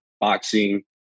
boxing